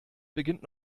beginnt